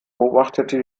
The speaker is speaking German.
beobachtete